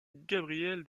gabrielle